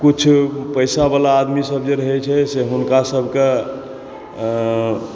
किछु पैसावला आदमी सब जे रहै छै से हुनका सबके